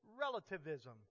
relativism